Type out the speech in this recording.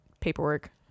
paperwork